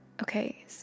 okay